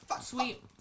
Sweet